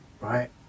right